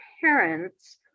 parents